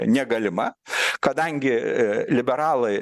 negalima kadangi liberalai